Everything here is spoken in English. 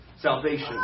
Salvation